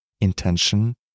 intention